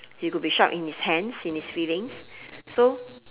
he could be sharp in his hands in his feelings so